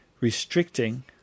restricting